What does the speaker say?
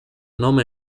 nome